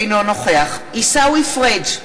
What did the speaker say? אינו נוכח עיסאווי פריג'